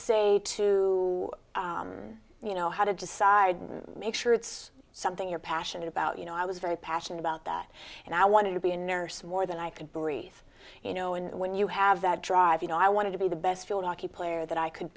say to you know how to decide make sure it's something you're passionate about you know i was very passionate about that and i wanted to be a nurse more than i could breeze you know and when you have that drive you know i wanted to be the best field hockey player that i could